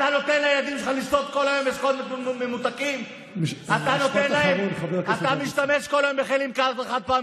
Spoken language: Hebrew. הם חומת המגן של נתב"ג ותל